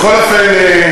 בכל אופן,